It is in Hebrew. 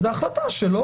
ההחלטה שלו.